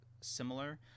similar